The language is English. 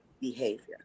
behavior